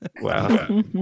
Wow